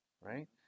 Right